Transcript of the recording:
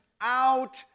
out